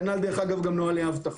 כנ"ל, דרך אגב, גם נוהלי אבטחה.